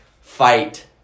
fight